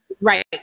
Right